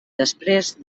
després